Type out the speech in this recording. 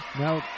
now